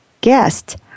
guest